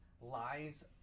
lies